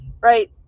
right